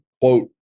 quote